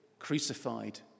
crucified